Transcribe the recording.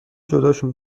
جداشون